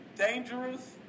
dangerous